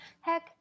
Heck